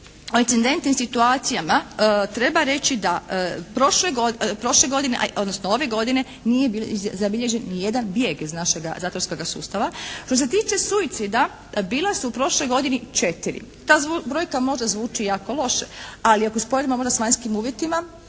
o incidentnim situacijama treba reći da prošle godine, odnosno ove godine nije zabilježen ni jedan bijeg iz našega zatvorskoga sustava. Što se tiče suicida bila su u prošloj godini 4. Ta brojka možda zvuči jako loše, ali ako usporedimo s vanjskim uvjetima,